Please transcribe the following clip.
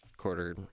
quarter